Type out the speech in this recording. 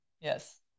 Yes